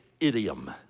idiom